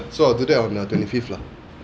so I'll do that on the twenty fifth lah